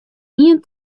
ien